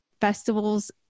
festivals